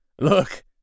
look